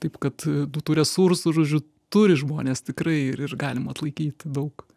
taip kad tų resursų žodžiu turi žmonės tikrai ir galim atlaikyt daug